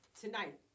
tonight